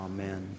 Amen